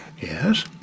Yes